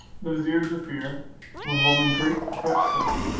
the vizier jaaffier went home in great perplexity.